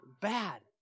bad